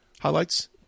Highlights